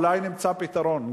אולי נמצא פתרון,